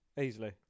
easily